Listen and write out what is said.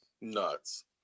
nuts